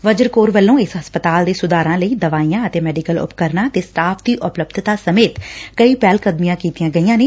ਵਜਰ corps ਵੱਲੋ ਇਸ ਹਸਪਤਾਲ ਦੇ ਸੁਧਾਰਾਂ ਲਈ ਦਵਾਈਆ ਅਤੇ ਮੈਡੀਕਲ ਉਪਕਰਨਾਂ ਤੇ ਸਟਾਫ਼ ਦੀ ਉਪਲੱਬਧਤਾ ਸਮੇਤ ਕਈ ਪਹਿਲਕਦਮੀਆਂ ਕੀਤੀਆਂ ਗਈਆਂ ਨੇ